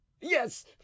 yes